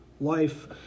life